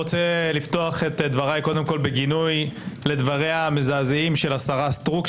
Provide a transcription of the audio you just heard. אני רוצה לפתוח את דבריי קודם כל בגינוי לדבריה המזעזעים של השרה סטרוק,